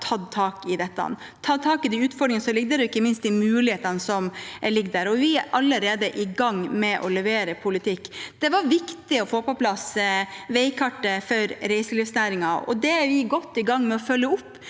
ligger der. Vi er allerede i gang med å levere politikk. Det var viktig å få på plass veikartet for reiselivsnæringen. Vi er godt i gang med å følge opp